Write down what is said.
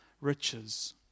riches